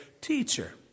teacher